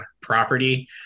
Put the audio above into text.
property